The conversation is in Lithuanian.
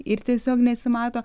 ir tiesiog nesimato